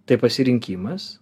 tai pasirinkimas